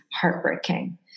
heartbreaking